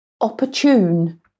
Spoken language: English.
opportune